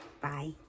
Bye